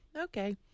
Okay